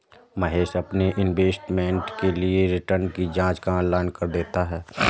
महेश अपने इन्वेस्टमेंट के लिए रिटर्न की जांच ऑनलाइन कर लेता है